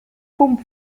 pump